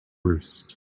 roost